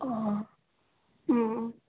অঁ